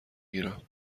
گیرم